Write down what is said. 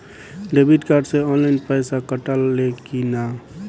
Debit card से online पैसा कटा ले कि ना?